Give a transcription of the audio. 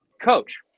coach